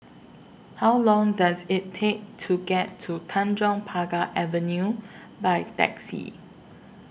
How Long Does IT Take to get to Tanjong Pagar Avenue By Taxi